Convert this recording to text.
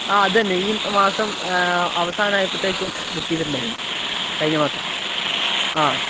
ആ അതന്നെ ഈ മാസം അവസാനം ആയപ്പോഴത്തേക്കും ബുക്ക് ചെയ്തിട്ടുണ്ടായിരുന്നു കഴിഞ്ഞ മാസം ആ